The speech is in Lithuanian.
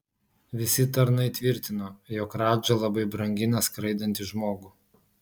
visi tarnai tvirtino jog radža labai brangina skraidantį žmogų